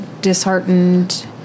disheartened